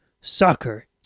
soccer